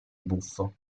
buffo